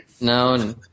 no